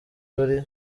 turi